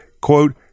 quote